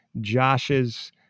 Josh's